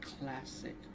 classic